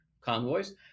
convoys